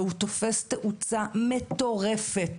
והוא תופס תאוצה מטורפת.